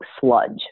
sludge